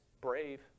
brave